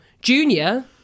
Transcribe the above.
Junior